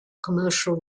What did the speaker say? commercial